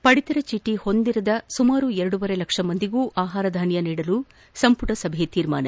ಪಡಿತರ ಚೀಟ ಹೊಂದಿರದ ಸುಮಾರು ಎರಡೂವರೆ ಲಕ್ಷ ಮಂದಿಗೂ ಆಹಾರಧಾನ್ಯ ನೀಡಲು ಸಂಪುಟ ಸಭೆ ತೀರ್ಮಾನ